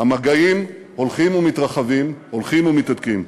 המגעים הולכים ומתרחבים, הולכים ומתהדקים.